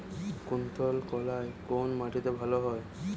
কুলত্থ কলাই কোন মাটিতে ভালো হয়?